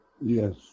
Yes